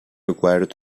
required